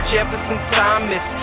Jefferson-Thomas